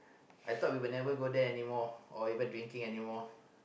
I thought we will go there anymore or even drinking anymore